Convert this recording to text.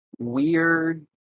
weird